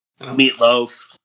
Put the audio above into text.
Meatloaf